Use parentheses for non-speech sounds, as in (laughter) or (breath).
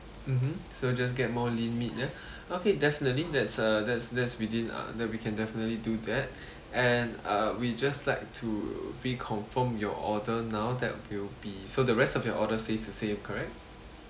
mmhmm so just get more lean meat ya (breath) okay definitely that's uh that's that's within uh that we can definitely do that (breath) and uh we just like to reconfirm your order now that will be so the rest of your order stays the same correct